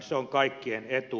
se on kaikkien etu